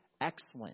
excellent